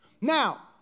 Now